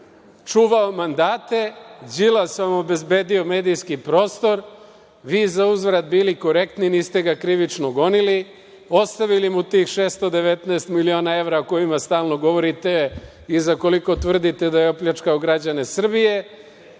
čuvao mandate, Đilas vam obezbedio medijski prostor, vi zauzvrat bili korektni, niste ga krivično gonili, ostavili mu tih 619 miliona evra o kojima stalno govorite i za koliko tvrdite da je opljačkao građane Srbije,